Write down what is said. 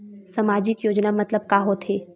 सामजिक योजना मतलब का होथे?